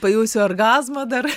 pajausiu orgazmą dar